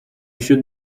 should